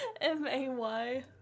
M-A-Y